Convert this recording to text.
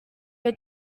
your